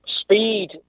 speed